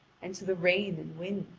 and to the rain and wind.